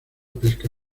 pesca